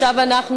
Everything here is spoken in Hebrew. תודה רבה.